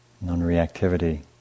non-reactivity